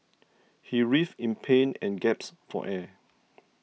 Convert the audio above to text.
he writhed in pain and gasped for air